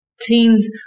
teens